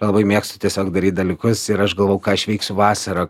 labai mėgstu tiesiog daryt dalykus ir aš galvoju ką aš veiksiu vasarą